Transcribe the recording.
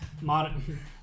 modern